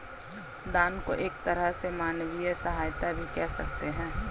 दान को एक तरह से मानवीय सहायता भी कह सकते हैं